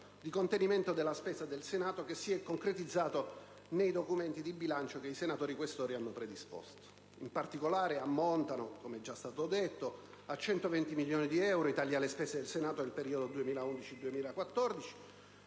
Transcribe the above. di contenimento della spesa del Senato, che si è concretizzato nei documenti di bilancio che i senatori Questori hanno predisposto. In particolare - come è stato già detto - ammontano a 120 milioni di euro i tagli alle spese del Senato nel periodo 2011-2014,